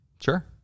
Sure